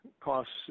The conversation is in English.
costs